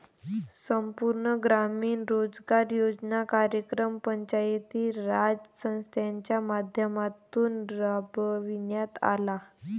संपूर्ण ग्रामीण रोजगार योजना कार्यक्रम पंचायती राज संस्थांच्या माध्यमातून राबविण्यात आला